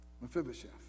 Mephibosheth